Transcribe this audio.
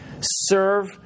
serve